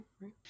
right